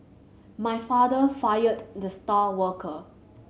my father fired the star worker